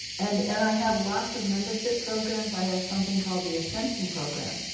and and i have lots of membership programs. i have something called the ascension program,